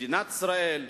מדינת ישראל,